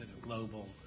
global